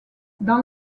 dans